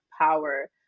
power